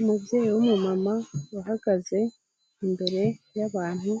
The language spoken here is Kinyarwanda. Umubyeyi w'umumama wahagaze imbere y'abantu,